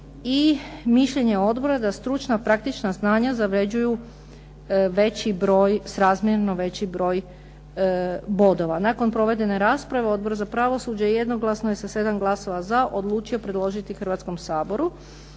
i mišljenje je odbora da stručna praktična znanja zavrjeđuju srazmjerno veći broj bodova. Nakon provedene rasprave Odbor za pravosuđe jednoglasno je sa 7 glasova za odlučio predložiti Hrvatskom saboru